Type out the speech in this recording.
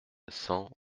cent